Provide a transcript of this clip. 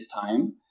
time